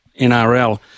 NRL